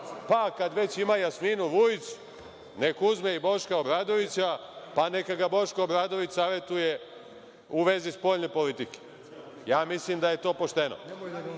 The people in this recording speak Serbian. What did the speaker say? Pa kad već ima Jasminu Vujić, nek uzme i Boška Obradovića, pa neka ga Boško Obradović savetuje u vezi spoljne politike. Mislim da je to pošteno. Samo